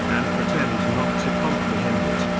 and pretend not to comprehend it.